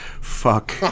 fuck